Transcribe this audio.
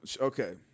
okay